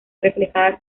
reflejada